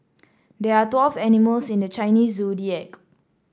there are twelve animals in the Chinese Zodiac